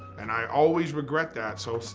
and i always regret that so,